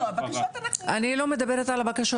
אני לא מדברת על הבקשות,